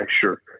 Sure